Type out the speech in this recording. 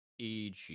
EG